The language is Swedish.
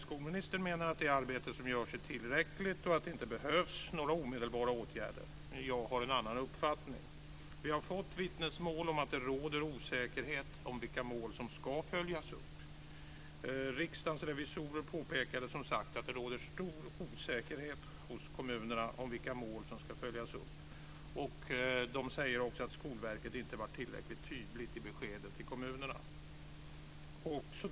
Skolministern menar att det arbete som görs är tillräckligt och att det inte behövs några omedelbara åtgärder. Men jag har en annan uppfattning. Vi har fått vittnesmål om att det råder osäkerhet om vilka mål som ska följas upp. Riksdagens revisorer påpekade, som sagt, att det råder stor osäkerhet hos kommunerna om detta. De säger också att Skolverket inte har varit tillräckligt tydligt i beskedet till kommunerna.